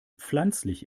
pflanzlich